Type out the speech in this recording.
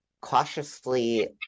cautiously